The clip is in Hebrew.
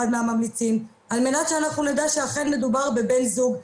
הממליצים על מנת שאנחנו נדע שאכן מדובר בבן זוג,